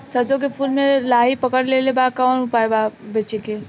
सरसों के फूल मे लाहि पकड़ ले ले बा का उपाय बा बचेके?